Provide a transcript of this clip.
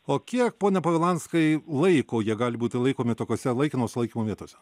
o kiek pone povilanskai laiko jie gali būti laikomi tokuose laikino sulaikymo vietose